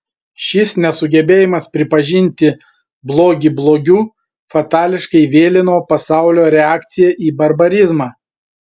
šis nesugebėjimas pripažinti blogį blogiu fatališkai vėlino pasaulio reakciją į barbarizmą